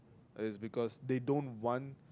it's because they don't want